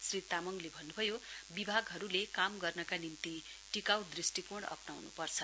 श्री तामाङले भन्नुभयो विभागहरुले काम गर्नका निम्ति टिकाउ दृष्टिकोण अप्राउनुपर्छ